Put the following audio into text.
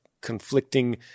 conflicting